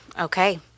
Okay